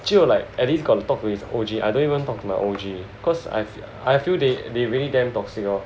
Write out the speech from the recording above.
志友 like at least got to talk to his O_G I don't even talk to my O_G cause I feel I feel they they really damn toxic lor